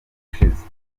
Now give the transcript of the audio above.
ushize